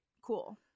cool